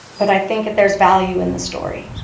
but i think that there's value in the story.